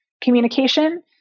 communication